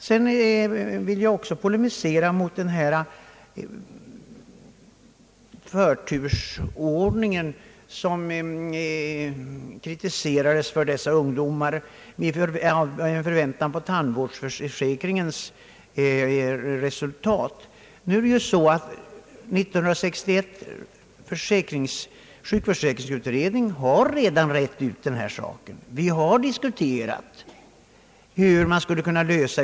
Sedan vill jag också polemisera mot kritiken mot denna delreform i förväntan på folktandvårdsutredningens betänkande. Det förhåller sig som bekant så att 1961 års sjukförsäkringsutredning redan har utrett detta.